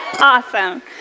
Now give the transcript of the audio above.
Awesome